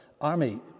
army